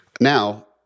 Now